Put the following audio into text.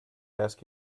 ask